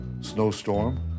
snowstorm